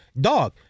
Dog